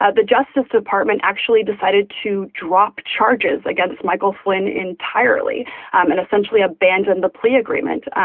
ah the justice department actually decided to drop charges against michael flynn entirely and essentially abandoned the plea agreement.